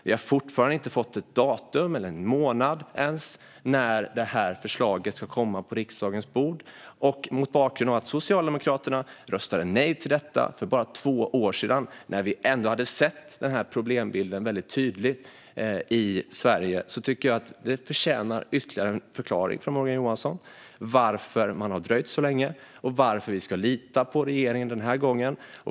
Vi har fortfarande inte fått något datum eller ens en månad för när förslaget ska komma på riksdagens bord. Mot bakgrund av att Socialdemokraterna röstade nej till detta för bara två år sedan när vi ändå hade sett problembilden väldigt tydligt i Sverige tycker jag att frågan förtjänar ytterligare en förklaring av Morgan Johansson. Varför har man dröjt så länge? Och varför ska vi lita på regeringen den här gången?